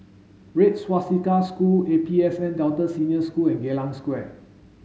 Red Swastika School A P S N Delta Senior School and Geylang Square